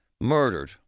murdered